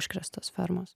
užkrėstos fermos